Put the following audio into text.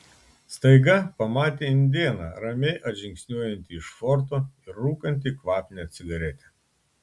staiga pamatė indėną ramiai atžingsniuojantį iš forto ir rūkantį kvapnią cigaretę